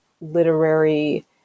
literary